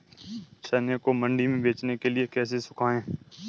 चने को मंडी में बेचने के लिए कैसे सुखाएँ?